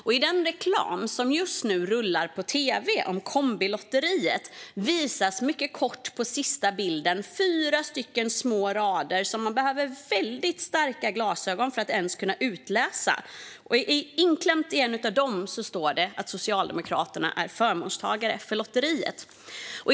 Och i den reklam som just nu rullar på tv om Kombilotteriet visas mycket kort på sista bilden fyra små rader, som man behöver väldigt starka glasögon för att kunna läsa. På en av dessa rader står det att Socialdemokraterna är förmånstagare för lotteriet.